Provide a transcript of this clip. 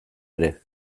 ere